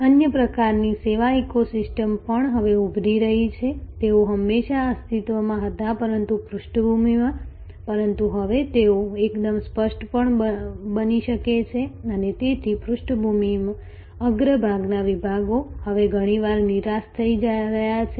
અન્ય પ્રકારની સેવા ઇકોસિસ્ટમ્સ પણ હવે ઉભરી રહી છે તેઓ હંમેશા અસ્તિત્વમાં હતા પરંતુ પૃષ્ઠભૂમિમાં પરંતુ હવે તેઓ એકદમ સ્પષ્ટ પણ બની શકે છે અને તેથી પૃષ્ઠભૂમિ અગ્રભાગના વિભાગો હવે ઘણીવાર નિરાશ થઈ રહ્યા છે